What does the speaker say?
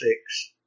six